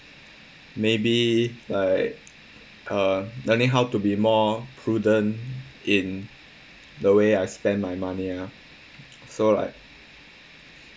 maybe like uh learning how to be more prudent in the way I spend my money ah so like